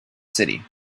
city